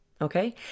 okay